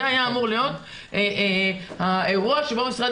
זה היה אמור להיות האירוע שבו משרד